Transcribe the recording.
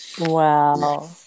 Wow